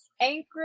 Anchorage